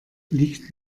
liegt